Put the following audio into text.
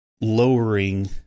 lowering